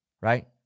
Right